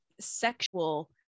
sexual